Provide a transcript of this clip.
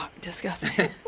disgusting